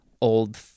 Old